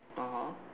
(uh huh)